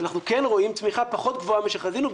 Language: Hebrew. אנחנו כן רואים צמיחה פחות גבוהה משחזינו,